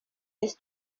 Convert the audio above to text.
this